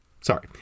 Sorry